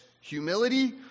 humility